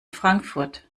frankfurt